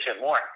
more